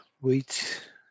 wait